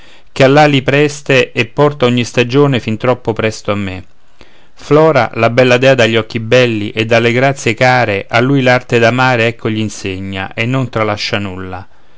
che ha l'ali preste e porta ogni stagione fin troppo presto a me flora la bella dea dagli occhi belli e dalle grazie care a lui l'arte d'amare ecco gl'insegna e non tralascia nulla